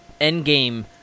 Endgame